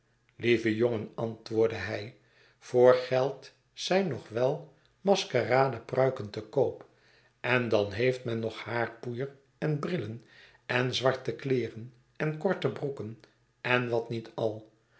lieve jongen antwoordde hij voor geld zijn nog wel masker ad epruiken te koop endan heeft men noghaarpoeier en brillen en zwarte kleeren en korte broeken en wat niet al